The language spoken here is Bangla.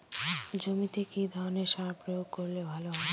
জমিতে কি ধরনের সার প্রয়োগ করলে ভালো হয়?